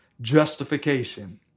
justification